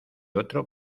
otro